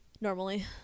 normally